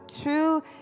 true